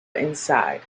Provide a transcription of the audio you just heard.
inside